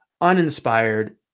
uninspired